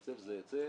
היצף זה היצף.